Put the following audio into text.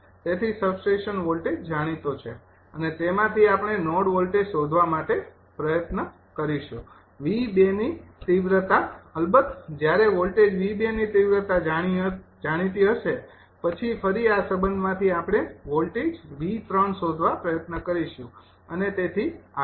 તેથી સબસ્ટેશનના વોલ્ટેજ જાણીતા છે અને તેમાંથી આપણે નોડ વોલ્ટેજ શોધવા માટે પ્રયત્ન કરીશું 𝑉૨ની તીવ્રતા અલબત જ્યારે વોલ્ટેજ 𝑉૨ ની તીવ્રતા જાણીતી હશે પછી ફરી આ સંબંધમાંથી આપણે વોલ્ટેજ 𝑉૩ શોધવા પ્રયત્ન કરીશું અને તેથી આગળ